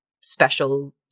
special